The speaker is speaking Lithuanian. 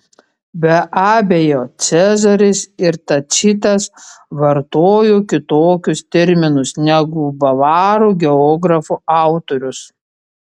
be abejo cezaris ir tacitas vartojo kitokius terminus negu bavarų geografo autorius